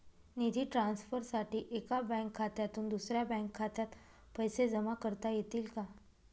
निधी ट्रान्सफरसाठी एका बँक खात्यातून दुसऱ्या बँक खात्यात पैसे जमा करता येतील का?